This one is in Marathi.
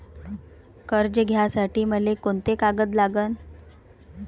कर्ज घ्यासाठी मले कोंते कागद लागन?